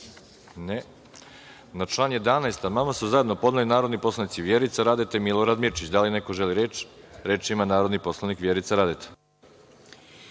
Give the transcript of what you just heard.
vreme. Na član 2. amandman su zajedno podneli narodni poslanici Vjerica Radeta i Milorad Mirčić. Da li neko želi reč? (Da)Reč ima narodna poslanica Vjerica Radeta.